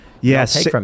Yes